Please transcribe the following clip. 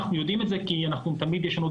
אנחנו יודעים את זה כי תמיד יש לנו עוד